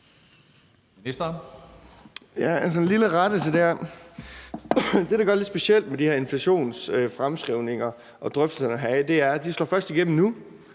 det, der gør det lidt specielt med de her inflationsfremskrivninger og drøftelserne heraf, er, at de først slår igennem nu.